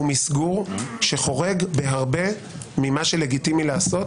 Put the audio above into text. הוא מסגור שחורג בהרבה ממה שלגיטימי לעשות